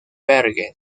bergen